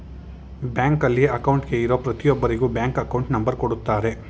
ಬ್ಯಾಂಕಲ್ಲಿ ಅಕೌಂಟ್ಗೆ ಇರೋ ಪ್ರತಿಯೊಬ್ಬರಿಗೂ ಬ್ಯಾಂಕ್ ಅಕೌಂಟ್ ನಂಬರ್ ಕೊಡುತ್ತಾರೆ